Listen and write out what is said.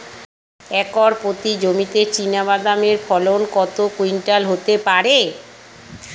Acre প্রতি জমিতে চীনাবাদাম এর ফলন কত কুইন্টাল হতে পারে?